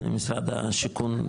משרד השיכון ציין.